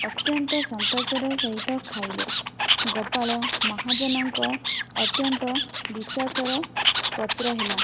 ଅତ୍ୟନ୍ତ ସନ୍ତୋଷର ସହିତ ଖାଇଲେ ଗୋପାଳ ମହାଜନଙ୍କ ଅତ୍ୟନ୍ତ ବିଶ୍ଵାସର ପତ୍ର ହେଲା